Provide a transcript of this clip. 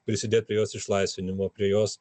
prisidėjo prie jos išlaisvinimo prie jos